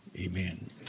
Amen